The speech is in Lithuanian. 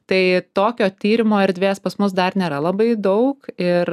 tai tokio tyrimo erdvės pas mus dar nėra labai daug ir